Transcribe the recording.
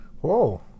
Whoa